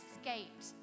escaped